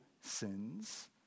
sins